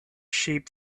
sheep